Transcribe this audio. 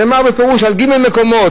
נאמר בפירוש על ג' מקומות,